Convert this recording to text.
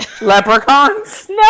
leprechauns